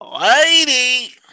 Lady